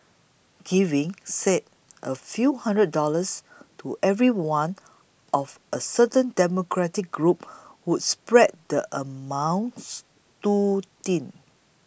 giving say a few hundred dollars to everyone of a certain demographic group would spread the amounts too thin